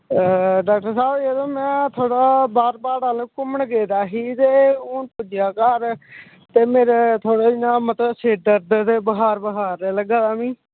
doctor साह्ब जरो में थोह्ड़ा घूमन गेदा ही ते ते हून पुज्जेआ घर ते मेरै थोह्ड़ै इ'यां सिर दर्द ऐ ते बखार बखार ऐ लग्गा दा मिगी